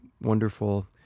wonderful